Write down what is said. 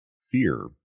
fear